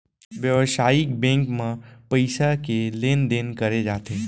बेवसायिक बेंक म पइसा के लेन देन करे जाथे